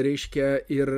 reiškia ir